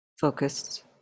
focused